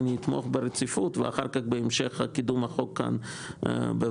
אני אתמוך ברציפות ואחר כך בהמשך קידום החוק כאן בוועדה.